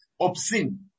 obscene